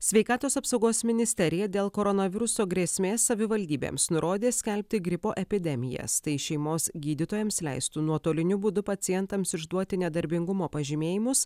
sveikatos apsaugos ministerija dėl koronaviruso grėsmės savivaldybėms nurodė skelbti gripo epidemijas tai šeimos gydytojams leistų nuotoliniu būdu pacientams išduoti nedarbingumo pažymėjimus